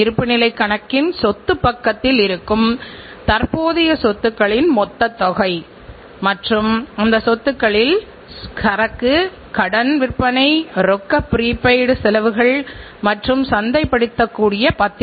எனவே இன்று எக்ஸ் நிறுவனத்தை ஆதரிக்கும் வாடிக்கையாளர்கள் தொடர்ந்து அதே நிறுவனத்தை ஆதரிப்பார்கள் என்று சொல்ல முடியாது